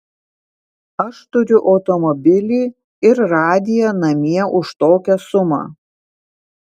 aš turiu automobilį ir radiją namie už tokią sumą